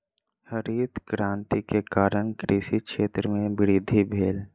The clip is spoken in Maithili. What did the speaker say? हरित क्रांति के कारण कृषि क्षेत्र में वृद्धि भेल